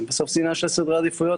בסוף זה עניין של סדרי עדיפויות,